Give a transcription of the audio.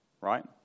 right